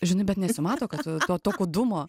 žinai bet nesimato kad tu to to kūdumo